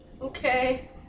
Okay